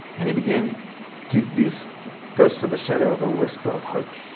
and he began to these ghosts of a shadow of a whisper of hope.